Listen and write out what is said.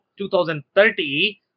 2030